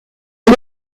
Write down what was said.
est